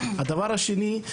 הדבר השני,